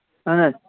اَہن حظ